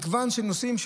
מגוון של נושאים,